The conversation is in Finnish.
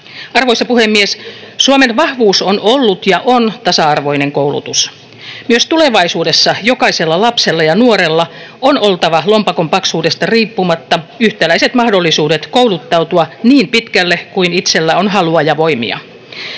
Arvoisa puhemies! Suomen vahvuus on ollut ja on tasa-arvoinen koulutus. Myös tulevaisuudessa jokaisella lapsella ja nuorella on oltava lompakon paksuudesta riippumatta yhtäläiset mahdollisuudet kouluttautua niin pitkälle kuin itsellä on halua ja voimia.